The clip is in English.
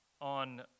on